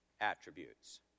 attributes